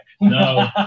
No